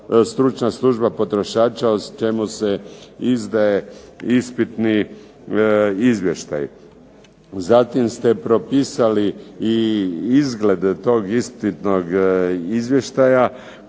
stručna služba potrošača o čemu se izdaje ispitni izvještaj. Zatim ste propisali i izgled tog ispitnog izvještaja